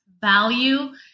value